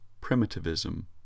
primitivism